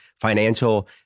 financial